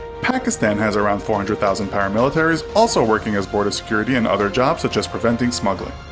pakistan has around four hundred thousand paramilitaries, also working as border security and other jobs such as preventing smuggling.